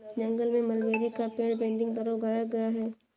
जंगल में मलबेरी का पेड़ बडिंग द्वारा उगाया गया है